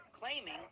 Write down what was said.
Claiming